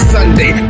Sunday